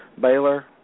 Baylor